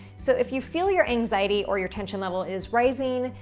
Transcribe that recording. so if you feel your anxiety or your tension level is rising,